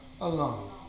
alone